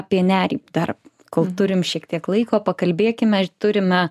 apie nerį dar kol turim šiek tiek laiko pakalbėkime turime